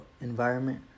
environment